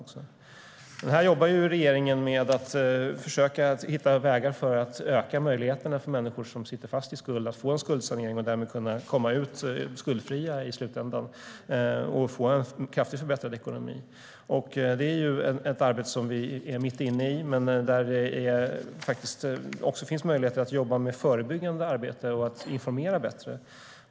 Här jobbar regeringen med att försöka hitta vägar för att öka möjligheterna för människor som sitter fast i skuld att få en skuldsanering och därmed i slutändan kunna komma ut skuldfria och få en kraftigt förbättrad ekonomi. Det är ett arbete som vi är mitt i, men det finns där även möjligheter att bedriva ett förebyggande arbete och informera bättre.